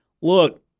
Look